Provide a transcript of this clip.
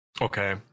Okay